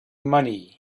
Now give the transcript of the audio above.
money